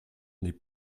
n’est